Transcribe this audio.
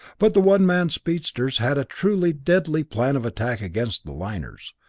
but the one-man speedsters had a truly deadly plan of attack against the liners.